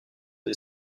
des